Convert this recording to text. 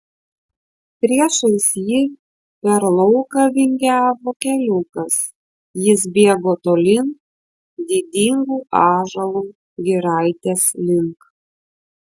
priešais jį per lauką vingiavo keliukas jis bėgo tolyn didingų ąžuolų giraitės link